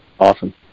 Awesome